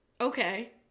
okay